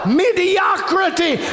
mediocrity